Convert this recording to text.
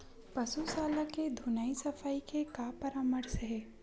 पशु शाला के धुलाई सफाई के का परामर्श हे?